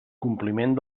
compliment